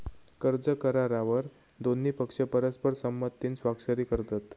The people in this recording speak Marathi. कर्ज करारावर दोन्ही पक्ष परस्पर संमतीन स्वाक्षरी करतत